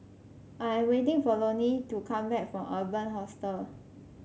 I am waiting for Lonie to come back from Urban Hostel